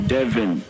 Devin